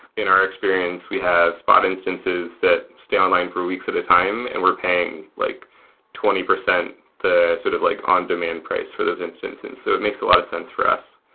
in our experience we have spot instances that online for weeks at a time and we're paying like twenty percent, the sort of like on-demand price for those instances. so it makes a lot of sense for us.